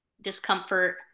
discomfort